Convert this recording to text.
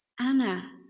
Anna